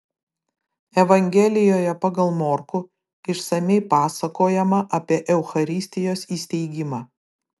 evangelijoje pagal morkų išsamiai pasakojama apie eucharistijos įsteigimą